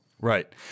Right